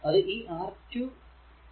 അത് ഈ R2 Ω resistor നു കുറുകെ ആണ്